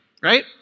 right